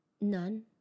None